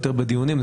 יותר בדיונים.